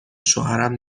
شوهرم